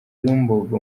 bumbogo